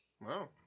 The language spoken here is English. Wow